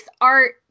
art